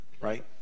right